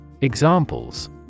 Examples